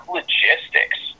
logistics